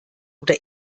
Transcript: oder